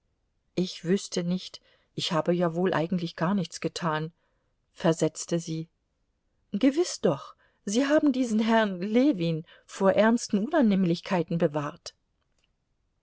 ich wüßte nicht ich habe ja wohl eigentlich gar nichts getan versetzte sie gewiß doch sie haben diesen herrn ljewin vor ernsten unannehmlichkeiten bewahrt